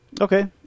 okay